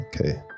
okay